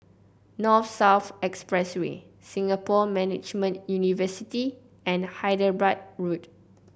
North South Expressway Singapore Management University and Hyderabad Road